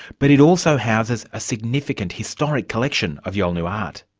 but it also houses a significant historical collection of yolngu art.